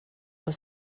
was